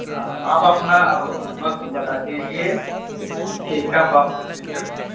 ہاں آپ اپنا وقت بتا دیجیے کہ کب آپ کو پک کرنا ہے